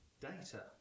data